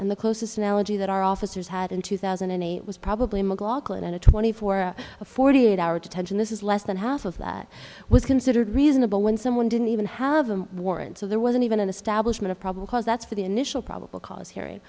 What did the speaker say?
and the closest analogy that our officers had in two thousand and eight was probably mclaughlin and a twenty four or forty eight hour detention this is less than half of that was considered reasonable when someone didn't even have a warrant so there wasn't even an establishment of probable cause that's for the initial probable cause hearing